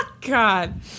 God